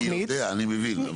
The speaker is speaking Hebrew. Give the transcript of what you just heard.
אני יודע, אני מבין.